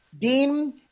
Dean